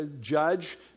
judge